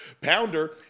Pounder